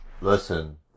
Listen